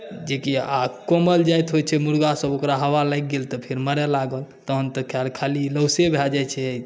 जे कि आब कोमल जाति होइ छै मुर्गा सब ओकरा हवा लागि गेल तऽ फेर मरए लागल तहन तऽ खाली लौसे भए जाइ छै